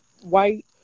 white